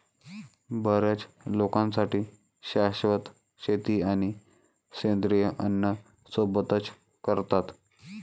बर्याच लोकांसाठी शाश्वत शेती आणि सेंद्रिय अन्न सोबतच करतात